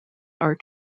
are